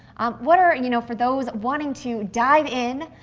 what are, you know, for those wanting to dive in,